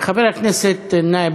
חבר הכנסת דב